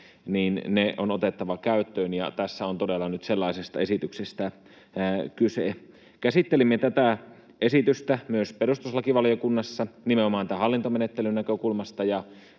ilmenee, on otettava käyttöön, ja tässä on todella nyt sellaisesta esityksestä kyse. Käsittelimme tätä esitystä myös perustuslakivaliokunnassa nimenomaan tämän hallintomenettelyn näkökulmasta,